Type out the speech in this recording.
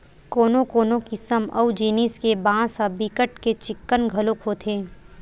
कोनो कोनो किसम अऊ जिनिस के बांस ह बिकट के चिक्कन घलोक होथे